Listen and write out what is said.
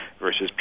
versus